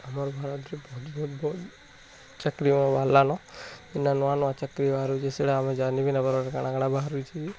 ଆମର୍ ଘର ଭଞ୍ଜନଗର ଚାକିରୀ ବାହାରିଲାନୁ ନୂଆ ନୂଆ ଚାକିରୀ ବାହାରୁଛି ସେଇଟା ଆମେ ଜାଣି ବି ନା କାଣା କାଣା ବାହାରୁଛି